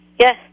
Yes